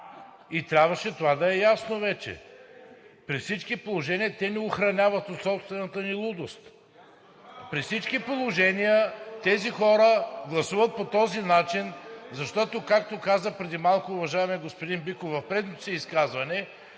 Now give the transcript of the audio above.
и трябваше това да е ясно вече. При всички положения те ни охраняват от собствената ни лудост. При всички положения тези хора гласуват по този начин, защото, както каза преди малко уважаемият господин Биков в предното си изказване,